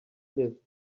live